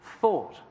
thought